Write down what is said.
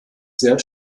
sehr